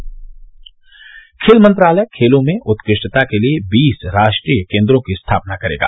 Delhi bulletin खेल मंत्रालय खेलों में उत्कृष्टता के लिए बीस राष्ट्रीय केन्द्रों की स्थापना करेगा